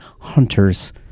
hunters